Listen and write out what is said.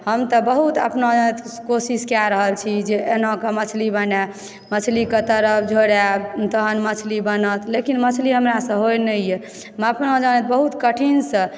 हम तऽ बहुत अपना जानैत कोशिश कए रहल छी जे एनाकऽ मछली बनय मछली कऽ तरब झोड़ाएब तहन मछली बनत लेकिन मछली हमरासँ होइ नहि यऽ हम अपना जानैत बहुत कठिनसँ